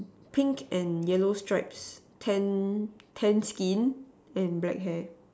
pink and yellow stripes Tan Tan skin and black hair